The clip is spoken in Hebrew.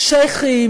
שיח'ים,